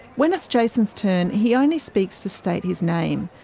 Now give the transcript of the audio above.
when it's jason's turn, he only speaks to state his name.